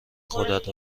خودت